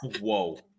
whoa